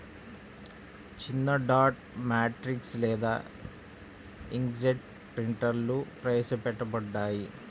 చిన్నడాట్ మ్యాట్రిక్స్ లేదా ఇంక్జెట్ ప్రింటర్లుప్రవేశపెట్టబడ్డాయి